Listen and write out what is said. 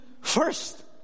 first